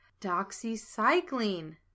Doxycycline